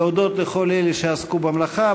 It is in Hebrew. להודות לכל אלה שעסקו במלאכה.